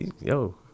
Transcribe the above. Yo